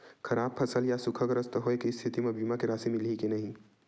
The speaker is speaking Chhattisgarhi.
फसल खराब या सूखाग्रस्त होय के स्थिति म बीमा के राशि मिलही के नही?